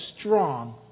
strong